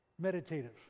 meditative